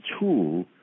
tool